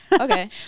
okay